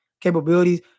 Capabilities